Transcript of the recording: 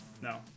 no